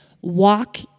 Walk